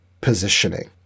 positioning